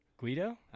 Guido